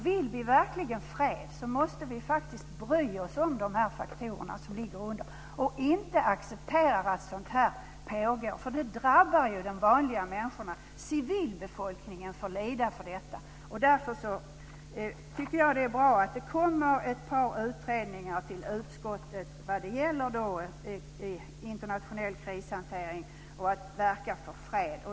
Vill vi verkligen fred måste vi faktiskt bry oss om de här underliggande faktorerna och inte acceptera det som pågår. Det drabbar de vanliga människorna. Det är civilbefolkningen som får lida för detta. Jag tycker därför att det är bra att det ska komma ett par utredningar till utskottet om internationell krishantering och om att verka för fred.